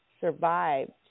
survived